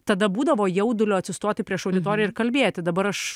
tada būdavo jaudulio atsistoti prieš auditoriją ir kalbėti dabar aš